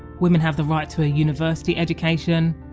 women have the right to a university education,